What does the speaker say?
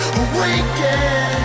awaken